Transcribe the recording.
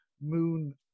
moon